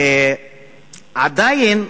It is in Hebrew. עדיין,